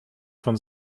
von